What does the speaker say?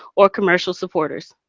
or commercial supporters.